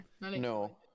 no